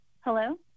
hello